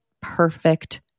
perfect